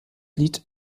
lied